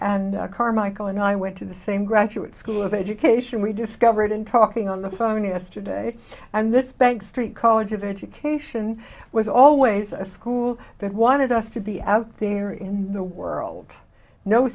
d carmichael and i went to the same graduate school of education we discovered in talking on the phone yesterday and this bank street college of education was always a school that wanted us to be out there in the world no